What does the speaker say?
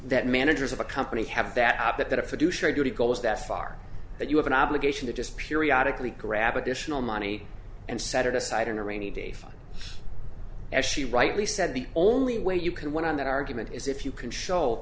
that managers of a company have that out that a fiduciary duty goes that far but you have an obligation to just periodic lee grab additional money and set it aside in a rainy day fund as she rightly said the only way you can win on that argument is if you can show